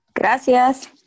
Gracias